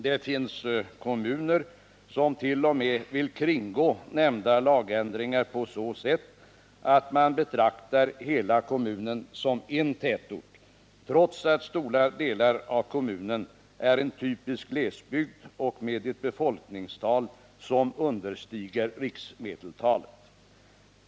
Det finns kommuner som t.o.m. vill kringgå nämnda lagändring på så sätt, att man betraktar hela kommunen som en tätort, trots att stora delar av kommunen är typisk glesbygd och har ett befolkningstal som understiger riksmedeltalet.